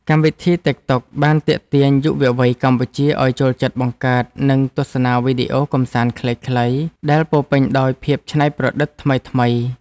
កម្មវិធីតិកតុក បានទាក់ទាញយុវវ័យកម្ពុជាឱ្យចូលចិត្តបង្កើត និងទស្សនាវីដេអូកម្សាន្តខ្លីៗដែលពោរពេញដោយភាពច្នៃប្រឌិតថ្មីៗ។